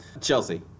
Chelsea